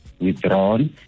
withdrawn